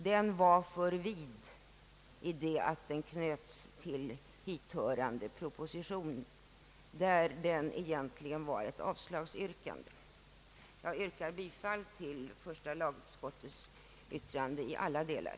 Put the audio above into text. Den var för vid i det avseendet att den knöts till hithörande proposition där den egentligen var ett avslagsyrkande. Herr talman! Jag yrkar bifall till första lagutskottets hemställan i alla delar.